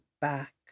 back